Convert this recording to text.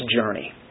journey